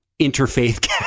interfaith